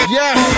yes